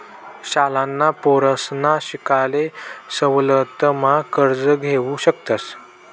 शाळांना पोरसना शिकाले सवलत मा कर्ज घेवू शकतस